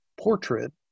portrait